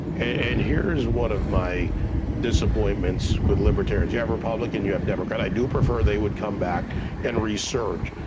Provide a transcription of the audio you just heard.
and here is one of my disappointments with libertarians. you have republican, you have democrat. i do prefer they would come back and resurge,